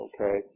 Okay